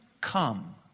come